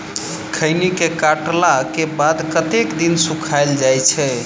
खैनी केँ काटला केँ बाद कतेक दिन सुखाइल जाय छैय?